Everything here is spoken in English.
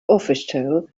official